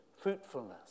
fruitfulness